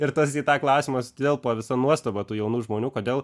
ir tas į tą klausimą sutilpo visa nuostaba tų jaunų žmonių kodėl